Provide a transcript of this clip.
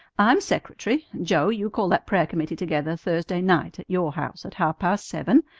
i'm secretary. joe, you call that prayer committee together thursday night at your house at half-past seven,